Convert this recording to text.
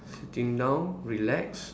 sitting down relax